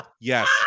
Yes